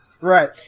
right